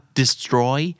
destroy